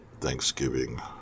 Thanksgiving